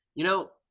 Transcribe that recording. you know,